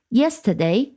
yesterday